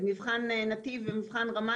מבחן נתיב ומבחן רמה,